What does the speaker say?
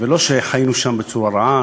ולא שחיינו שם בצורה רעה,